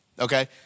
okay